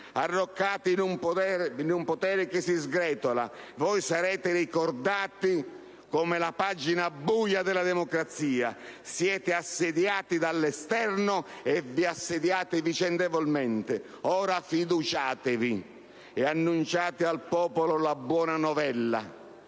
Arroccati in un potere che si sgretola, voi sarete ricordati come la pagina buia della democrazia. Siete assediati dall'esterno e vi assediate vicendevolmente. Ora fiduciatevi, e annunciate al popolo la buona novella.